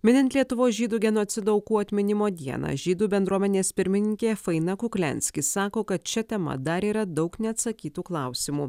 minint lietuvos žydų genocido aukų atminimo dieną žydų bendruomenės pirmininkė faina kukliansky sako kad šia tema dar yra daug neatsakytų klausimų